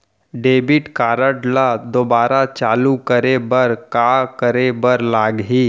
Debit card ला दोबारा चालू करे बर का करे बर लागही?